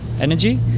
energy